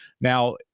Now